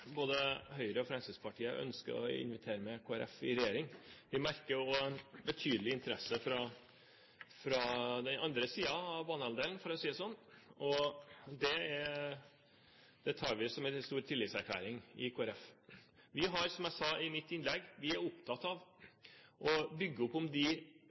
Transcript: både Høyre og Fremskrittspartiet ønsker å invitere med Kristelig Folkeparti i regjering. Vi merker også en betydelig interesse fra den andre siden av banehalvdelen, for å si det sånn, og det tar vi i Kristelig Folkeparti som en stor tillitserklæring. Som jeg sa i mitt innlegg, er vi opptatt av å bygge opp om de